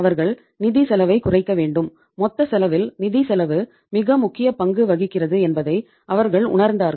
அவர்கள் நிதி செலவைக் குறைக்க வேண்டும் மொத்த செலவில் நிதிச் செலவு மிக முக்கிய பங்கு வகிக்கிறது என்பதை அவர்கள் உணர்ந்தார்கள்